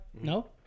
No